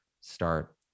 start